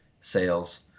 sales